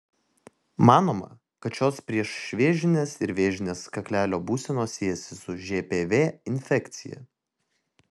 manoma kad šios priešvėžinės ir vėžinės kaklelio būsenos siejasi su žpv infekcija